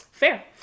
fair